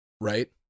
right